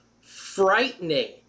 frightening